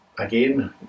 Again